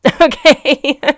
okay